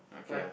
okay ah